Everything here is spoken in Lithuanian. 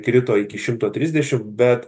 krito iki šimto trisdešimt bet